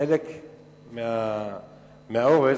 חלק מהאורז,